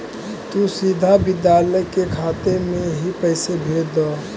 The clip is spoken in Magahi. तु सीधा विद्यालय के खाते में ही पैसे भेज द